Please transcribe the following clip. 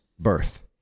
birth